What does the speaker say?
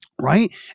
Right